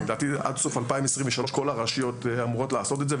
לדעתי זה עד סוף 2023 כל הרשויות אמורות לעשות את זה,